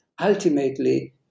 Ultimately